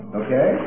okay